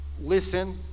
listen